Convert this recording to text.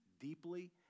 deeply